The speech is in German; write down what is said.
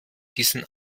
diesen